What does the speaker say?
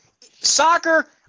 Soccer –